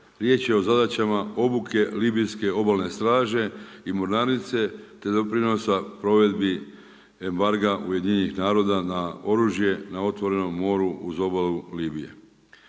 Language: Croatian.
Riječ je o zadaćama obuke libijske obalne straže i mornarice te doprinosa provedbi embarga UN-a na oružje, na otvorenom moru uz obalu Libije.